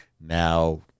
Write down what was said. Now